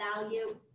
value